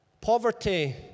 Poverty